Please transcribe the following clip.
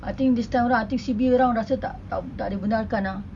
I think this time around I think C_V year around rasa tak tak tak dibenarkan ah